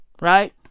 right